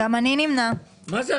כן.